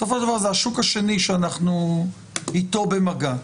בסופו של דבר זה השוק השני שאנחנו איתו במגע,